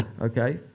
okay